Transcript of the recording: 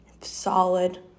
Solid